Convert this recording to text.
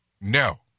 No